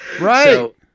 Right